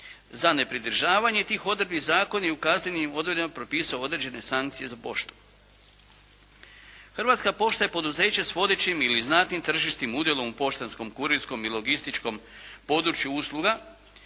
Za nepridržavanje tih odredbi zakon je u kaznenim odredbama propisao određene sankcije za poštu. Hrvatska pošta je poduzeće s vodećim ili znatnim tržišnim udjelom u poštanskom, kurirskom i logističkom području usluga,